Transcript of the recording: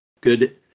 Good